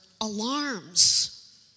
alarms